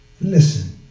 Listen